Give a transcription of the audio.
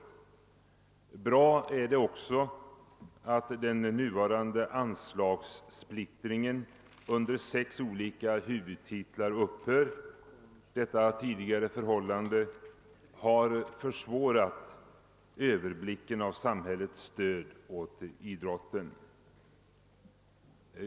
Bra är också att den nuvarande anslagssplittringen på sex olika huvudtitlar upphör — denna splittring har tidigare försvårat överblicken över samhällets stöd åt idrotten.